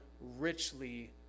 richly